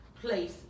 place